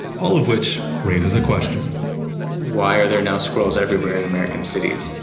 all of which raises a question why are there now squirrels everywhere in american cities?